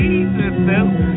Jesus